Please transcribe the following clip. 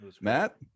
Matt